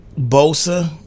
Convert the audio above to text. Bosa